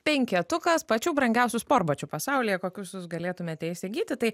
penketukas pačių brangiausių sportbačių pasaulyje kokius jūs galėtumėte įsigyti tai